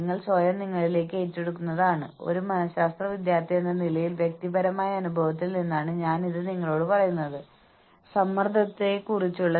നിങ്ങൾ ടീം പ്രോത്സാഹനങ്ങൾ മാത്രം നൽകുകയും വ്യക്തിഗത പ്രോത്സാഹനങ്ങൾ നൽകാതിരിക്കുകയും ചെയ്താൽ അത് മെച്ചപ്പെടുത്താനാകും